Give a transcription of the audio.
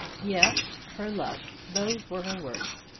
yes her love. those were her words,